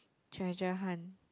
treasure hunt